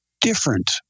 different